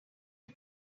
que